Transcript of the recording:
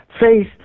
faith